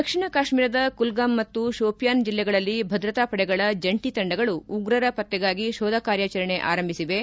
ದಕ್ಷಿಣ ಕಾಶ್ಮೀರದ ಕುಲ್ಗಾಮ್ ಮತ್ತು ಶೋಪಿಯಾನ್ ಜಿಲ್ಲೆಗಳಲ್ಲಿ ಭದ್ರತಾ ಪಡೆಗಳ ಜಂಟ ತಂಡಗಳು ಉಗ್ರರ ಪತ್ತೆಗಾಗಿ ಶೋಧ ಕಾರ್ಯಾಚರಣೆ ಆರಂಭಿಸಿವೆ